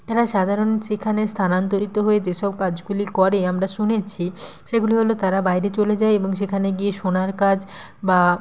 তারা সাধারণ সেখানে স্থানান্তরিত হয়ে যেসব কাজগুলি করে আমরা শুনেছি সেগুলি হলো তারা বাইরে চলে যায় এবং সেখানে গিয়ে সোনার কাজ বা